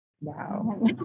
wow